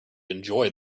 enjoy